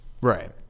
Right